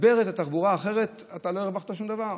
לתגבר את התחבורה, אחרת אתה לא הרווחת שום דבר.